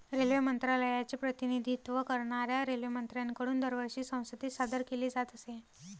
railway मंत्रालयाचे प्रतिनिधित्व करणाऱ्या रेल्वेमंत्र्यांकडून दरवर्षी संसदेत सादर केले जात असे